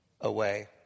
away